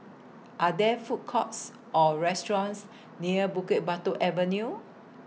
Are There Food Courts Or restaurants near Bukit Batok Avenue